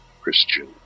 Christian